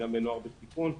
גם בנוער בסיכון,